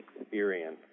experience